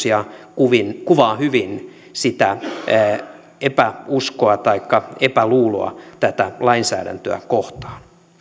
ja kuvaa hyvin sitä epäuskoa taikka epäluuloa tätä lainsäädäntöä kohtaan